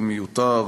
הוא מיותר.